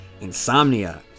insomnia